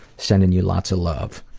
sending you lots of love.